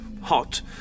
hot